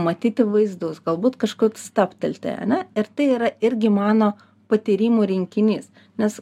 matyti vaizdus galbūt kažkur stabtelti ane ir tai yra irgi mano patyrimų rinkinys nes